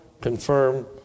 confirm